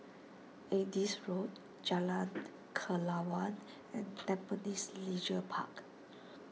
Adis Road Jalan Kelawar and Tampines Leisure Park